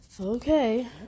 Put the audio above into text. Okay